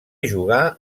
jugà